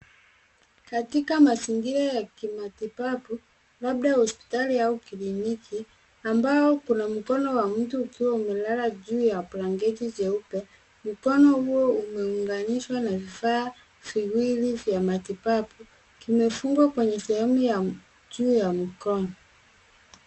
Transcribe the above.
Katika mazingira ya kimatibabu labda hospitali au kniliki ambao kuna mkono wa mtu ukiwa ume lala juu ya blanketi jeupe. Mkono huo umeunganishwa na vifaa viwili vya matibabu vimefungwa kwenye sehemu ya juu ya mkono.